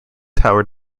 tower